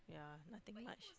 yeah nothing much